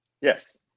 Yes